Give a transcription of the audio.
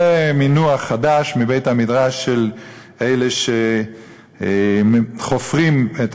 זה מינוח חדש מבית-המדרש של אלה שחופרים את